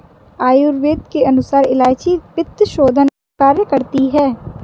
आयुर्वेद के अनुसार इलायची पित्तशोधन का कार्य करती है